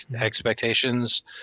expectations